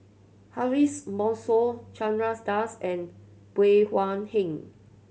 Ariff Bongso Chandras Das and Bey Hua Heng